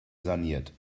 saniert